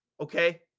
Okay